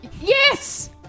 Yes